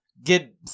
Get